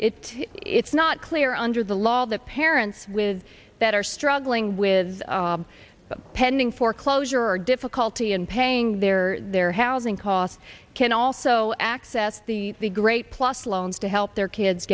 it's it's not clear under the law that parents with that are struggling with them pending foreclosure or difficulty in paying their or their housing costs can also access the the plus loans to help their kids